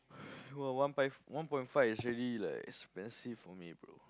bro one one point five is really like expensive for me bro